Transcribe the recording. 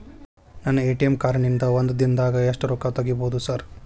ನನ್ನ ATM card ನಿಂದಾ ಒಂದ್ ದಿಂದಾಗ ಎಷ್ಟ ರೊಕ್ಕಾ ತೆಗಿಬೋದು ಸಾರ್?